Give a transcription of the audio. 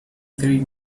three